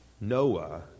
Noah